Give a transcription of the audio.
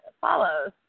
follows